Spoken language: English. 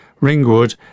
Ringwood